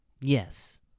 Yes